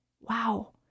Wow